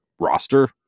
roster